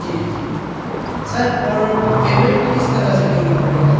जी जी सर और पेमेंट किस तरह से करना पड़ेगा